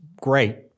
great